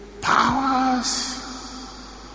powers